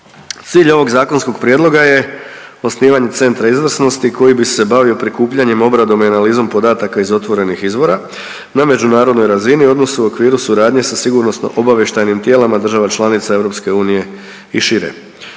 Cilj ovog zakonskog prijedloga je osnivanje centara izvrsnosti koji bi se bavio prikupljanjem, obradom i analizom podataka iz otvorenih izvora na međunarodnoj razini … u okviru suradnje sa sigurnosno-obavještajnim tijelima država članica EU i šire.